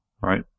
Right